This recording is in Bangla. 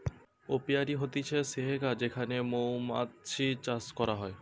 অপিয়ারী হতিছে সেহগা যেখানে মৌমাতছি চাষ করা হয়